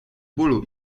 bólu